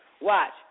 Watch